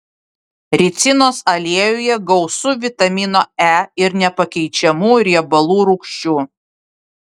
ricinos aliejuje gausu vitamino e ir nepakeičiamų riebalų rūgščių